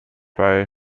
bei